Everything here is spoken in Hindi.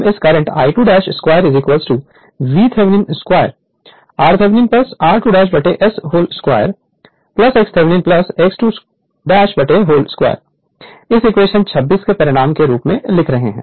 हम इस current I2 2 VThevenin 2 r r Thevenin r2 S whole 2 x Thevenin x 2 whole 2 इस इक्वेशन 26 के परिमाण के रूप में लिख रहे हैं